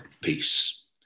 peace